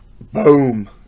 boom